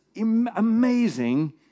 amazing